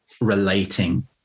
relating